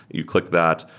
you click that.